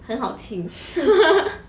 很好听